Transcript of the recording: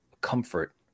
comfort